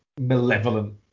malevolent